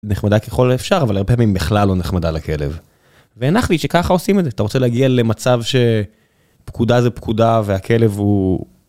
נחמדה ככל האפשר, אבל הרבה פעמים בכלל לא נחמדה לכלב. והנחתי שככה עושים את זה, אתה רוצה להגיע למצב שפקודה זה פקודה והכלב הוא.